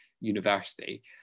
University